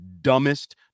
Dumbest